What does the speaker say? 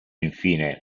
infine